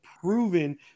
proven